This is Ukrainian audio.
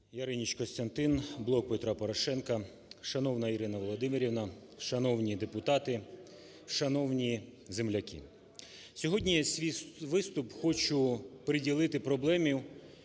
Яриніч Костянтин, "Блок Петра Порошенка". Шановна Ірина Володимирівна, шановні депутати, шановні земляки! Сьогодні свій виступ хочу приділити проблемі,